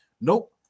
Nope